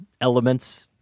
elements